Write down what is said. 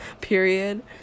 period